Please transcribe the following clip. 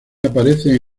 aparece